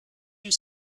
you